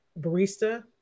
Barista